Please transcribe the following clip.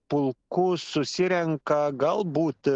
pulkus susirenka galbūt